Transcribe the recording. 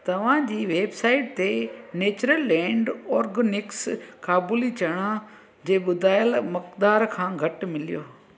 तव्हां जी वेबसाइट ते नैचरललैंड ऑर्गॅनिक्स काबुली चणा जे ॿुधायल मक़दार खां घटि मिलियो